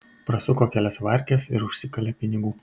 prasuko kelias varkes ir užsikalė pinigų